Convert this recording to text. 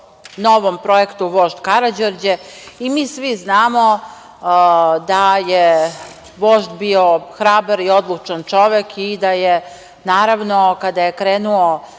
o novom Projektu „Vožd Karađorđe“. Mi svi znamo da je vožd bio hrabra i odlučan čovek i da je, naravno, kada je krenuo